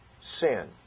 sin